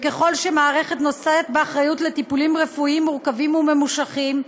וככל שהמערכת נושאת באחריות לטיפולים רפואיים מורכבים וממושכים,